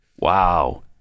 wow